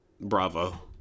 Bravo